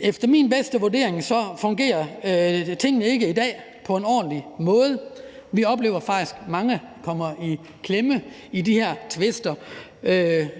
Efter min bedste vurdering fungerer tingene ikke på en ordentlig måde i dag. Vi oplever faktisk, at mange kommer i klemme i de her tvister.